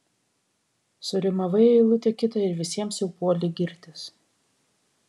surimavai eilutę kitą ir visiems jau puoli girtis